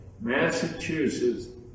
Massachusetts